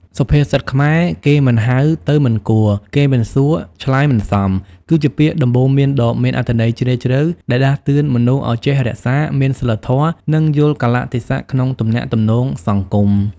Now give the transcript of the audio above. សុភាសិតខ្មែរ «គេមិនហៅ ទៅមិនគួរ គេមិនសួរ ឆ្លើយមិនសម» គឺជាពាក្យទូន្មានដ៏មានអត្ថន័យជ្រាលជ្រៅ ដែលដាស់តឿនមនុស្សឲ្យចេះរក្សា មានសីលធម៌ និង យល់កាលៈទេសៈក្នុងទំនាក់ទំនងសង្គម។